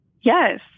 Yes